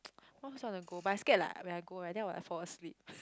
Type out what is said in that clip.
I also want to go but I scared like when I go right then I will like fall asleep